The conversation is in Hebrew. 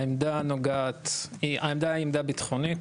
העמדה היא עמדה ביטחונית,